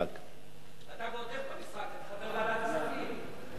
אתה ועוד איך במשחק, אתה חבר ועדת הכספים.